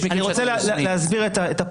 השאלה, יש מקרים --- אני רוצה להסביר את הפער.